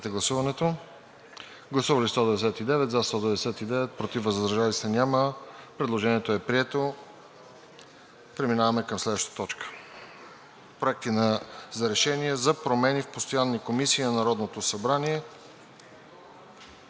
Предложението е прието. Преминаваме към следващата точка: